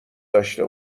داشه